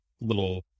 little